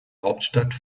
hauptstadt